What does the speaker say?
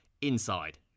inside